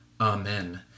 Amen